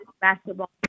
basketball